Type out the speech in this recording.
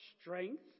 strength